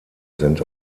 sind